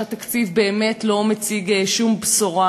למשל על כך שהתקציב באמת לא מציג שום בשורה,